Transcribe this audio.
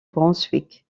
brunswick